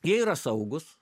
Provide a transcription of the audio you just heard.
jie yra saugūs